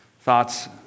thoughts